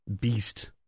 beast